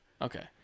Okay